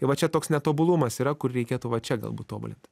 va čia toks netobulumas yra kur reikėtų va čia galbūt tobulint